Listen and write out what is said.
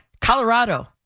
Colorado